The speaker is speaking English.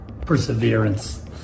perseverance